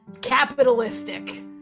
capitalistic